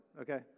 okay